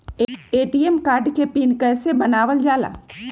ATM card के PIN कैसे बनावल जाला?